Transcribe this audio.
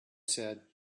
said